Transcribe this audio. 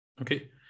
Okay